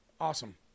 Awesome